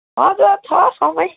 हजुर छ सबै